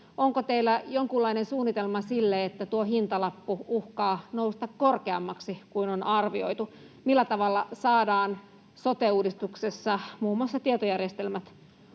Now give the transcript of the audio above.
Onko teillä jonkunlainen suunnitelma sille, että tuo hintalappu uhkaa nousta korkeammaksi kuin on arvioitu? Millä tavalla saadaan sote-uudistuksessa muun muassa tietojärjestelmät